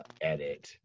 edit